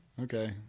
Okay